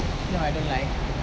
no I don't like